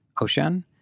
Ocean